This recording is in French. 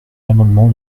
l’amendement